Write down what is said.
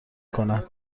کند